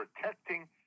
protecting